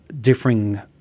differing